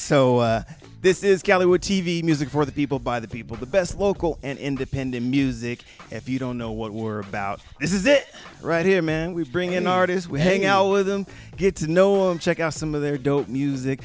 so this is kelly wood t v music for the people by the people the best local and independent music if you don't know what we're about this is that right here man we bring in artist we hang out with them get to know check out some of their don't music